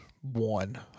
one